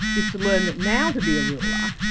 is to learn that now to be a ruler,